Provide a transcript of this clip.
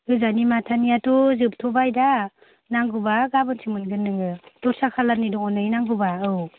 गोजानि माथानियाथ' जोबथ'बाय दा नांगौबा गाबोनसो मोनगोन नों दस्रा खालारनि दं नै नांगौबा औ